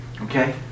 Okay